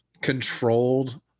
controlled